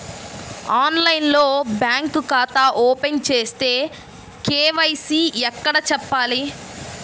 ఆన్లైన్లో బ్యాంకు ఖాతా ఓపెన్ చేస్తే, కే.వై.సి ఎక్కడ చెప్పాలి?